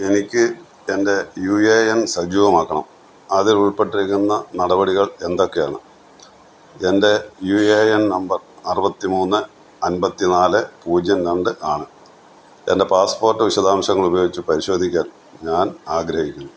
എനിക്ക് എൻ്റെ U A N സജീവമാക്കണം അതിൽ ഉൾപ്പെട്ടിരിക്കുന്ന നടപടികൾ എന്തൊക്കെയാണ് എൻ്റെ യൂ എ എൻ നമ്പർ അറുപത്തി മൂന്ന് അന്പത്തി നാല് പൂജ്യം രണ്ട് ആണ് എൻ്റെ പാസ്പോർട്ട് വിശദാംശങ്ങൾ ഉപയോഗിച്ചു പരിശോധിക്കാൻ ഞാൻ ആഗ്രഹിക്കുന്നു